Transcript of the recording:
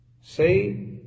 Say